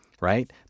right